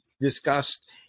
discussed